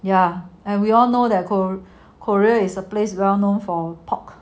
ya and we all know that korea is a place well known for pork